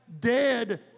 Dead